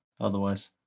otherwise